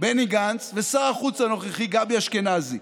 בני גנץ ושר החוץ הנוכחי גבי אשכנזי.